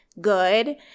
good